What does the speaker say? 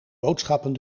boodschappen